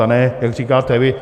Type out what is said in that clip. A ne, jak říkáte vy.